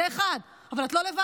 זה, 1. אבל את לא לבד,